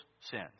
sins